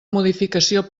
modificació